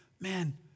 man